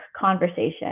conversation